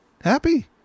Happy